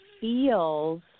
feels